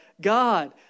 God